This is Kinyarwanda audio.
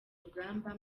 urugamba